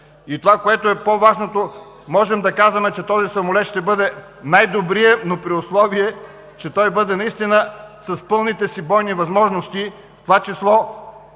И това, което е по важното, можем да казваме, че този самолет ще бъде най добрият, но при условие че той бъде наистина с пълните си бойни възможности, в това число